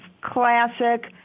classic